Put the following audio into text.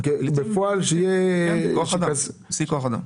שיא כוח אדם.